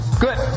Good